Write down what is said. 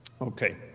Okay